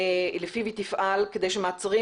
לפיו היא תפעל כדי שמעצרים,